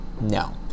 no